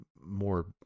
more